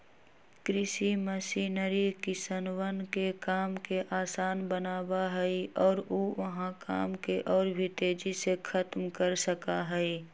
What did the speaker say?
कृषि मशीनरी किसनवन के काम के आसान बनावा हई और ऊ वहां काम के और भी तेजी से खत्म कर सका हई